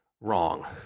Wrong